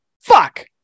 fuck